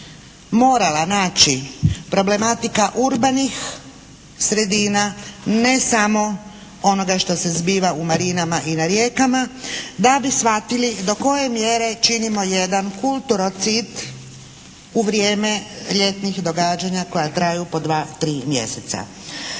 morala naći problematika urbanih sredina ne samo onoga što se zbiva u marinama i na rijekama da bi shvatili do koje mjere činimo jedan kulturocid u vrijeme ljetnih događanja koja traju po dva, tri mjeseca.